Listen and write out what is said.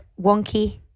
wonky